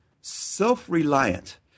Self-reliant